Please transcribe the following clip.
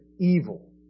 evil